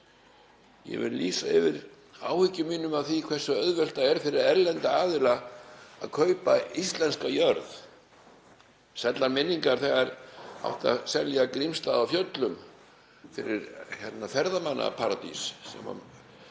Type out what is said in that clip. Ég vil lýsa yfir áhyggjum mínum af því hversu auðvelt það er fyrir erlenda aðila að kaupa íslenska jörð, sælla minninga þegar átti að selja Grímsstaði á Fjöllum fyrir ferðamannaparadís sem betur